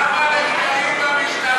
כמה נחקרים במשטרה מיש עתיד?